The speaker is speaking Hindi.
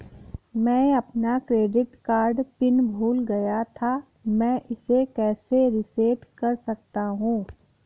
मैं अपना क्रेडिट कार्ड पिन भूल गया था मैं इसे कैसे रीसेट कर सकता हूँ?